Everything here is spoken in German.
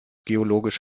geologisch